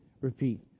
repeat